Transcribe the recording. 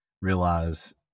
realize